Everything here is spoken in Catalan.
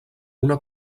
una